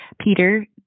Peter